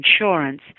insurance